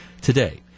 Today